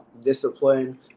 discipline